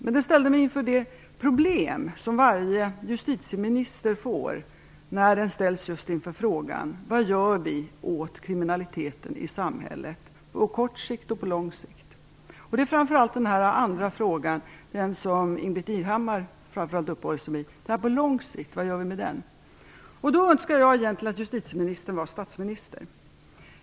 Men den ställde mig inför samma problem som varje justitieminister möter inför frågan vad vi gör åt kriminaliteten i samhället, på kort och på lång sikt. Det gäller framför allt åtgärderna på lång sikt, som Ingbritt Irhammar främst uppehöll sig vid. Jag skulle i det sammanhanget önska att justitieministern vore statsminister.